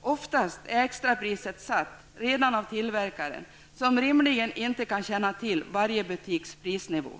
Oftast är extrapriset satt redan av tillverkaren, som rimligen inte kan känna till varje butiks prisnivå.